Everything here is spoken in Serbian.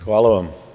Hvala vam.